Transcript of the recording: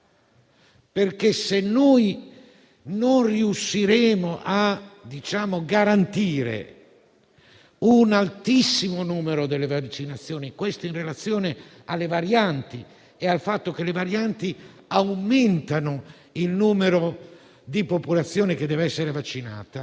Se infatti non riusciremo a garantire un altissimo numero di vaccinazioni, in relazione alle varianti e al fatto che le varianti aumentano la percentuale della popolazione che deve essere vaccinata,